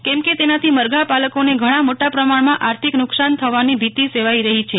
કેમ કે તેનાથી મરઘા પાલકોને ઘણાં મોટા પ્રમાણમાં આર્થિક નુકશાન થવાની ભીતી સેવાઈ રહી છે